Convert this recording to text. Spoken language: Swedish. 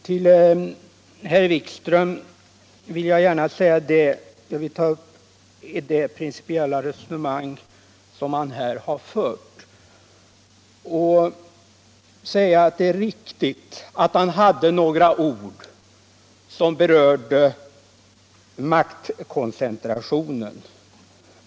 Till herr Wikström vill jag säga, med anledning av det principiella resonemang som han här har fört, att det är riktigt, att herr Wikström med några ord berörde maktkoncentrationen.